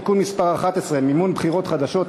(תיקון מס' 11) (מימון בחירות חדשות),